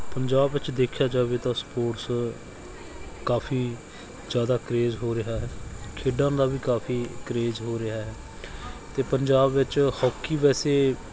ਪੰਜਾਬ ਵਿੱਚ ਦੇਖਿਆ ਜਾਵੇ ਤਾਂ ਸਪੋਰਟਸ ਕਾਫੀ ਜ਼ਿਆਦਾ ਕ੍ਰੇਜ਼ ਹੋ ਰਿਹਾ ਹੈ ਖੇਡਾਂ ਦਾ ਵੀ ਕਾਫੀ ਕਰੇਜ਼ ਹੋ ਰਿਹਾ ਹੈ ਅਤੇ ਪੰਜਾਬ ਵਿੱਚ ਹੋਕੀ ਵੈਸੇ